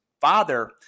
father